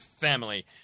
family